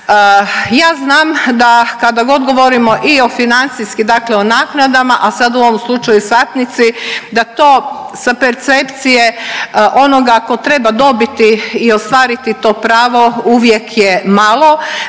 Ja znam da kada god govorimo i o financijski dakle o naknadama, a sad u ovom slučaju satnici, dato sa percepcije onoga tko treba dobiti i ostvariti to pravo uvijek je malo.